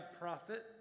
prophet